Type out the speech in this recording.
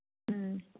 ꯎꯝ